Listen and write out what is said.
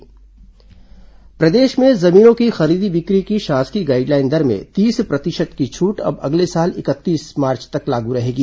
जमीन गाइडलाइन दर प्रदेश में जमीनों की खरीदी बिक्री की शासकीय गाइडलाइन दर में तीस प्रतिशत की छूट अब अगले साल इकतीस मार्च तक लागू रहेगी